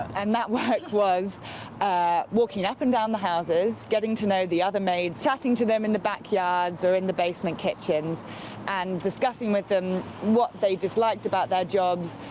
and that work was walking up and down the houses, getting to know the other maids, chatting to them in the backyards or in the basement kitchens and discussing with them what they disliked about their jobs,